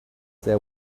there